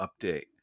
update